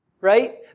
right